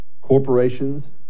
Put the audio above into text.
Corporations